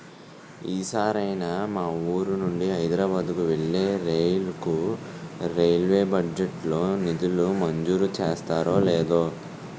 ఈ సారైనా మా వూరు నుండి హైదరబాద్ కు వెళ్ళే రైలుకు రైల్వే బడ్జెట్ లో నిధులు మంజూరు చేస్తారో లేదో